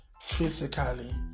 physically